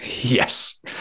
Yes